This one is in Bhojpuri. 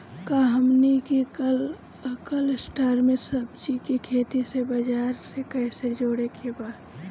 का हमनी के कलस्टर में सब्जी के खेती से बाजार से कैसे जोड़ें के बा?